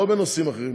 לא בנושאים אחרים,